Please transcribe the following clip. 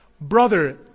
brother